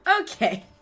Okay